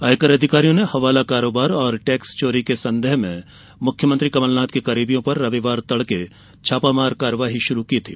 आयकर अधिकारियों ने हवाला कारोबार और टैक्स चोरी के संदेह में मुख्यमंत्री कमलनाथ के करीबियों पर रविवार तड़के छापामार कार्रवाई शुरू की थी